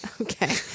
Okay